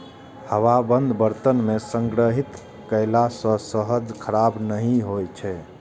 हवाबंद बर्तन मे संग्रहित कयला सं शहद खराब नहि होइ छै